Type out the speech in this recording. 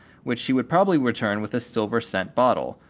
which she would probably return with a silver scent bottle,